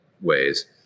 ways